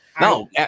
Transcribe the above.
No